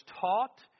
taught